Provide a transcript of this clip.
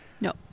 No